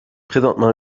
présentement